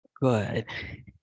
good